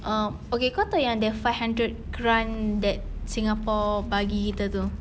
um okay kau tahu yang the five hundred grant that singapore bagi kita tu